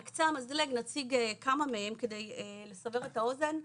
על קצת המזלג, נציג כמה מהם כדי לסבר את האוזן.